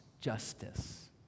justice